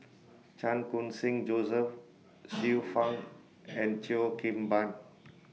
Chan Khun Sing Joseph Xiu Fang and Cheo Kim Ban